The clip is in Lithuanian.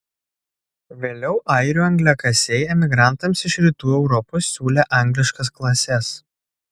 vėliau airių angliakasiai emigrantams iš rytų europos siūlė angliškas klases